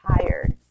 tired